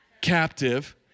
captive